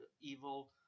evil